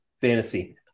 fantasy